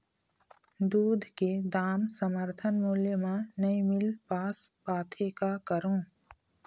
दूध के दाम समर्थन मूल्य म नई मील पास पाथे, का करों?